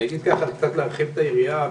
אנסה קצת להרחיב את היריעה.